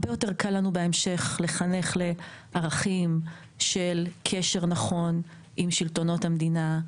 אז אחר כך הרבה יותר קל לנו לחנך לערכים של קשר נכון עם שלטונות המדינה,